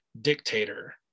dictator